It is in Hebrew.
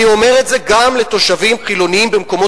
אני אומר את זה גם לתושבים חילונים במקומות